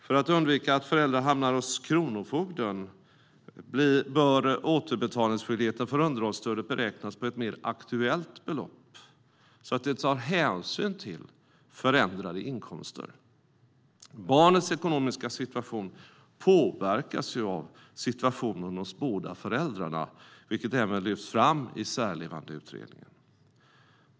För att undvika att föräldrar hamnar hos kronofogden bör återbetalningsskyldigheten när det gäller underhållsstödet beräknas på ett mer aktuellt belopp så att det tar hänsyn till förändrade inkomster. Barnets ekonomiska situation påverkas ju av båda föräldrarnas situation, vilket även lyfts fram i Särlevandeutredningen.